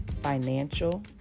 financial